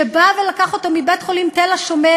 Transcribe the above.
שבא ולקח אותו מבית-חולים תל-השומר